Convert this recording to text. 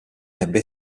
ebbe